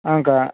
ஆ கா